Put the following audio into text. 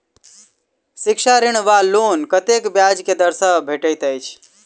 शिक्षा ऋण वा लोन कतेक ब्याज केँ दर सँ भेटैत अछि?